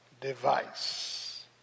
device